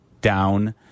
down